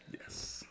Yes